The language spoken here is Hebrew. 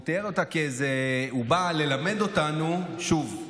והוא בא ללמד אותנו, שוב,